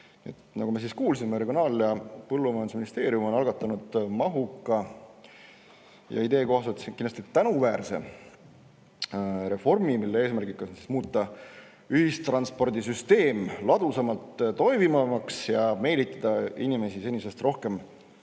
Nagu me kuulsime, Regionaal‑ ja Põllumajandusministeerium on algatanud mahuka ja idee kohaselt kindlasti tänuväärse reformi, mille eesmärk on muuta ühistranspordisüsteem ladusamalt toimivaks ja meelitada inimesi senisest rohkem